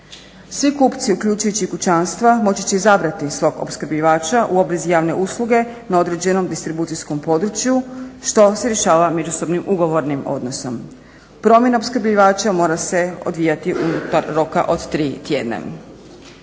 Svi kupci uključujući i kućanstva moći će izabrati svog opskrbljivača u obvezi javne usluge na određenom distribucijskom području što se rješava međusobnim ugovornim odnosom. Promjena opskrbljivača mora se odvijati unutar roka od 3 tjedna.